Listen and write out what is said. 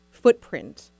footprint